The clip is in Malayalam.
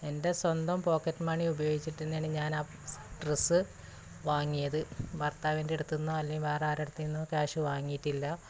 എൻ്റെ സ്വന്തം പോക്കറ്റ് മണി ഉപയോഗിച്ചിട്ടുതന്നെയാണ് ഞാൻ ആ ഡ്രസ് വാങ്ങിയത് ഭർത്താവിൻ്റെയടുത്തുനിന്നോ അല്ലെ വേറെ ആരെയടുത്തു നിന്നോ കാശ് വാങ്ങിയിട്ടില്ല